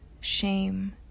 shame